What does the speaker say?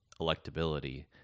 electability